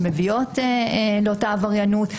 שמביאות לאותה עבריינות.